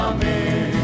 Amen